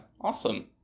awesome